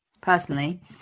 personally